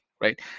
right